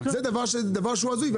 זה דבר שהוא הזוי.